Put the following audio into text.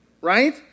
right